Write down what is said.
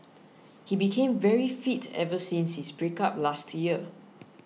he became very fit ever since his breakup last year